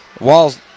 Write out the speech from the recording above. Walls